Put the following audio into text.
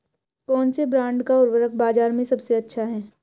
कौनसे ब्रांड का उर्वरक बाज़ार में सबसे अच्छा हैं?